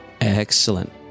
Excellent